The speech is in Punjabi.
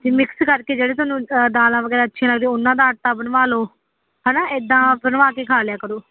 ਮਿਕਸ ਕਰਕੇ ਜਿਹੜੇ ਤੁਹਾਨੂੰ ਦਾਲਾਂ ਵਗੈਰਾ ਅੱਛੇ ਲੱਗਦੇ ਉਹਨਾਂ ਦਾ ਆਟਾ ਬਣਵਾ ਲਓ ਹੈ ਨਾ ਇੱਦਾਂ ਬਣਵਾ ਕੇ ਖਾ ਲਿਆ ਕਰੋ